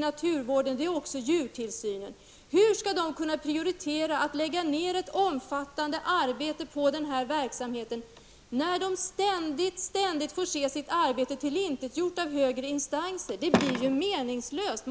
Naturvården kommer också in. Det gäller också djurtillsynen. Hur skall de kunna prioritera att lägga ned ett omfattande arbete på denna verksamhet när de ständigt får se sitt arbete tillintetgjort av högre instanser? Arbetet blir ju meningslöst.